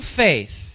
faith